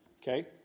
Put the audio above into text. okay